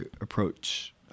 approach